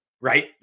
right